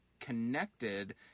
connected